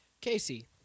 casey